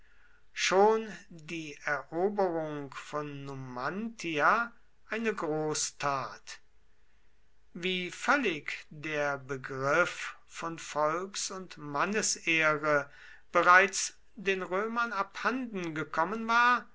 schon die eroberung von numantia eine großtat wie völlig der begriff von volks und mannesehre bereits den römern abhanden gekommen war